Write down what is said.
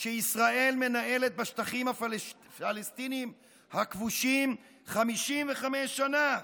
שישראל מנהלת בשטחים הפלסטיניים הכבושים 55 שנה,